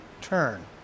turn